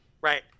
right